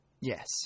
Yes